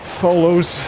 follows